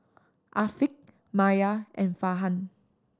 Afiq Maya and Farhan